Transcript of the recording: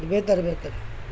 بہتر بہتر